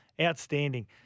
outstanding